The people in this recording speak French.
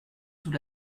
sous